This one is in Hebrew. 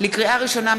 לקריאה ראשונה,